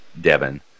Devin